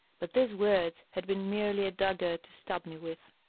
but these words had been merely a dagger to stab me with.